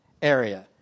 area